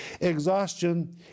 exhaustion